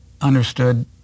understood